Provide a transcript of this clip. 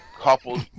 Couple